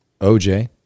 OJ